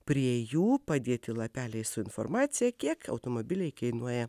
prie jų padėti lapeliai su informacija kiek automobiliai kainuoja